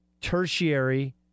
tertiary